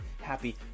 happy